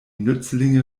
nützlinge